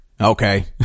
Okay